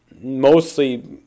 mostly